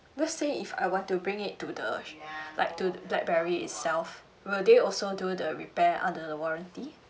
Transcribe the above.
let's say if I want to bring it to the like to blackberry itself will they also do the repair under the warranty